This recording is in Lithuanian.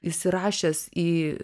įsirašęs į